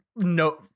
No